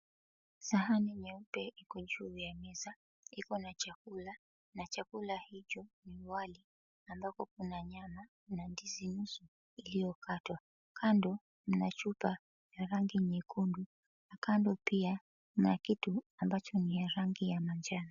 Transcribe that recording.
Sahani nyeupe iko juu ya meza iko na chakula, na chakula hicho ni wali ambapo kuna nyama na ndizi nusu iliyokatwa, kando muna chupa ya rangi nyekundu, kando pia mna kitu ambacho ni ya rangi ya manjano.